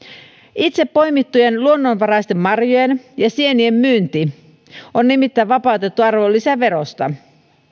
itse poimittujen luonnonvaraisten marjojen ja sienien myynti on nimittäin vapautettu arvonlisäverosta